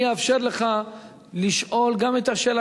אני אאפשר לך לשאול גם את השאלה,